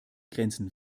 grenzen